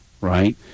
right